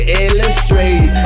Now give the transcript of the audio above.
illustrate